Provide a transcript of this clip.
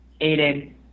Aiden